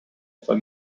for